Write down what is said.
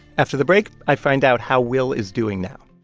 after the break, i find out how will is doing now